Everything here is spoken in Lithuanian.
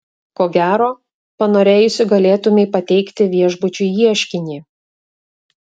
ko gero panorėjusi galėtumei pateikti viešbučiui ieškinį